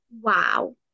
Wow